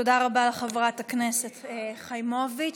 תודה רבה לחברת הכנסת חיימוביץ'.